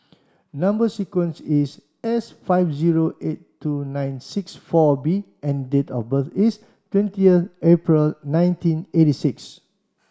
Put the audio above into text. number sequence is S five zero eight two nine six four B and date of birth is twentieth April nineteen eighty six